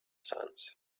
sands